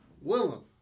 Willem